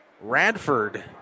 Radford